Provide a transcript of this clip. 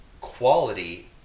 quality